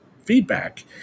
feedback